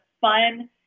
fun